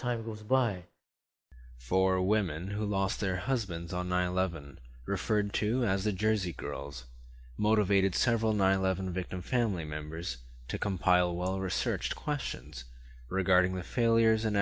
time goes by for women who lost their husbands on nine eleven referred to as the jersey girls motivated several nine eleven victims family members to compile well researched questions regarding the failures and